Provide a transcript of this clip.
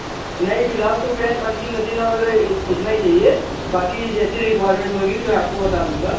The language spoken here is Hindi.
नहीं फ़िलहाल तो पेन पंचींग मशीन और ये इतना ही चाहिए बाकी जैसी रिक्वाइअरमेंट होगी तो मैं आपको बता दूंगा